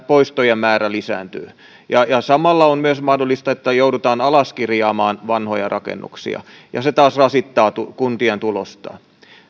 poistojen määrä lisääntyy ja ja samalla on myös mahdollista että joudutaan alaskirjaamaan vanhoja rakennuksia ja se taas rasittaa kuntien tulosta